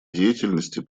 деятельности